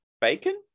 bacon